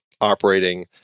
operating